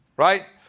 right?